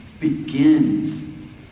begins